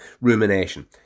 rumination